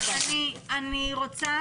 אני רוצה